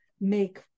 make